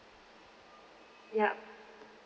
yup